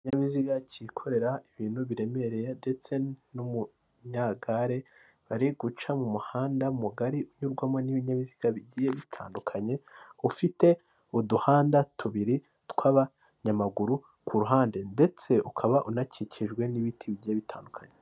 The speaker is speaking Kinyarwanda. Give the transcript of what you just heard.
Ikinyabiziga cyikorera ibintu biremereye ndetse n'umunyagare bari guca mu muhanda mugari unyurwamo n'ibinyabiziga bigiye bitandukanye, ufite uduhanda tubiri tw'abanyamaguru ku ruhande. Ndetse ukaba unakikijwe n'ibiti bigiye bitandukanye.